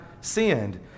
sinned